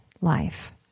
life